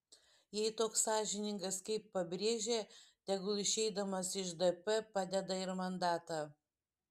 jei toks sąžiningas kaip pabrėžė tegul išeidamas iš dp padeda ir mandatą